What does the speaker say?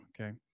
Okay